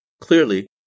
Clearly